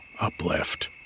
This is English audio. uplift